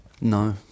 No